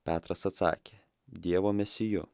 petras atsakė dievo mesiju